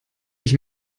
ich